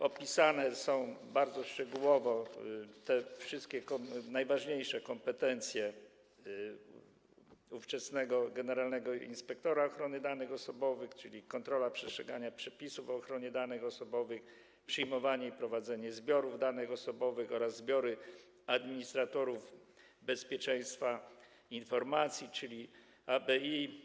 Opisane są bardzo szczegółowo wszystkie najważniejsze kompetencje ówczesnego generalnego inspektora ochrony danych osobowych, czyli: kontrola przestrzegania przepisów o ochronie danych osobowych, przyjmowanie i prowadzenie zbiorów danych osobowych oraz zbiorów administratorów bezpieczeństwa informacji, czyli ABI.